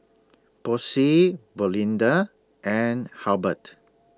Posey Belinda and Halbert